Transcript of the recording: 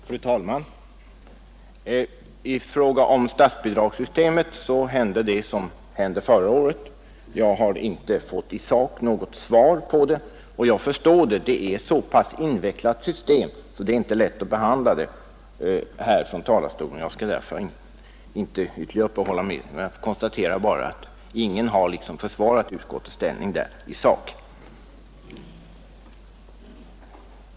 Fru talman! I fråga om statsbidragssystemet hände det som hände förra året. Jag har inte i sak fått något svar på min fråga, och jag förstår detta — det är ett så pass invecklat system att det inte är lätt att behandla det från talarstolen. Jag skall därför inte ytterligare uppehålla mig vid frågan utan konstaterar bara att ingen har försvarat utskottets ställningstagande i sak.